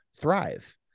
thrive